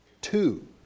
Two